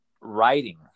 writing